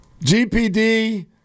GPD